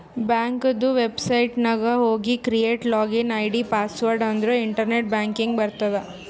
ಬ್ಯಾಂಕದು ವೆಬ್ಸೈಟ್ ನಾಗ್ ಹೋಗಿ ಕ್ರಿಯೇಟ್ ಲಾಗಿನ್ ಐ.ಡಿ, ಪಾಸ್ವರ್ಡ್ ಅಂದುರ್ ಇಂಟರ್ನೆಟ್ ಬ್ಯಾಂಕಿಂಗ್ ಬರ್ತುದ್